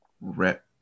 rep